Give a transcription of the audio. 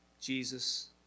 Jesus